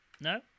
no